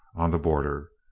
on the border.